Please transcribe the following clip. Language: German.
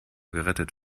gerettet